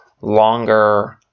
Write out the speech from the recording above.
longer